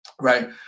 Right